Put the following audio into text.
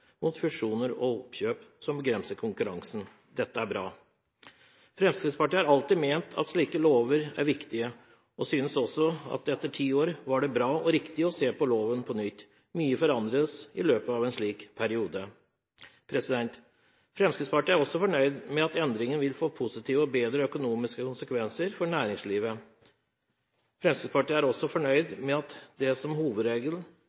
mot fusjoner og oppkjøp som begrenser konkurransen. Dette er bra. Fremskrittspartiet har alltid ment at slike lover er viktige og synes også at det etter ti år var bra å se på loven på nytt. Mye forandres i løpet av en slik periode. Fremskrittspartiet er også fornøyd med at endringene vil få positive og bedre økonomiske konsekvenser for næringslivet. Fremskrittspartiet er også fornøyd med at beslag som hovedregel